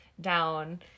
down